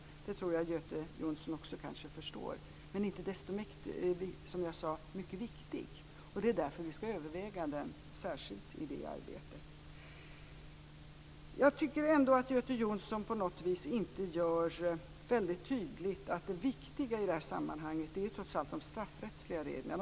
Det tror jag att Göte Jonsson också kanske förstår. Icke desto mindre är den, som jag sade, mycket viktig, och det är därför vi skall överväga den särskilt i det arbetet. Jag tycker ändå att Göte Jonsson på något vis inte gör så väldigt tydligt att det viktiga i det här sammanhanget ju trots allt är de straffrättsliga reglerna.